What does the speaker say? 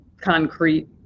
concrete